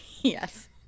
Yes